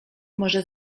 może